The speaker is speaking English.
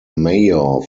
mayor